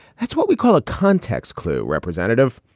that's what we call a context clue representative.